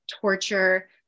torture